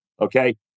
okay